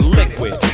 liquid